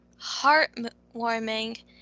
Heartwarming